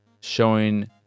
showing